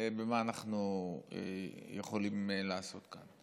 במה אנחנו יכולים לעשות כאן.